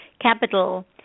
capital